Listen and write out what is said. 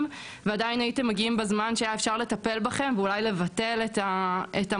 בכדי להקל ולו במעט באופן מקצועי על הסבל של החולה ושל